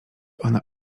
ona